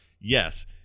yes